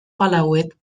palauet